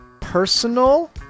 personal